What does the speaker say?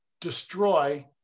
destroy